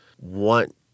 want